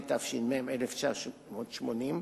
התש"ם 1980,